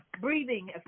Breathing